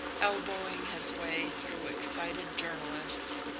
elbowing his way through excited journalists,